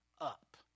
up